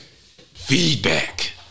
Feedback